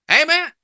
Amen